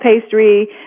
pastry